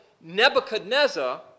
Nebuchadnezzar